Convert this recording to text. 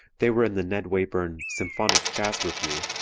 they were in the ned wayburn symphonic jazz revue,